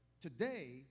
Today